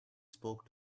spoke